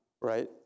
right